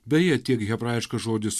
beje tiek hebrajiškas žodis